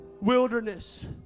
wilderness